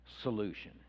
solution